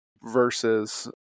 versus